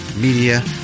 media